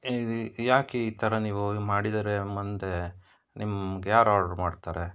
ಇದು ಯಾಕೆ ಈ ಥರ ನೀವು ಮಾಡಿದರೆ ಮುಂದೆ ನಿಮಗೆ ಯಾರು ಆರ್ಡ್ರು ಮಾಡ್ತಾರೆ